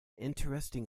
interesting